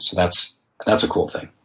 so that's and that's a cool thing.